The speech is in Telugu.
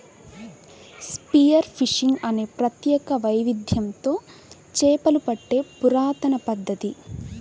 స్పియర్ ఫిషింగ్ అనేది ప్రత్యేక వైవిధ్యంతో చేపలు పట్టే పురాతన పద్ధతి